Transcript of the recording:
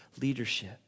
leadership